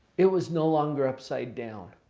it was no longer upside down.